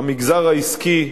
המגזר העסקי,